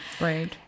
right